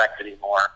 anymore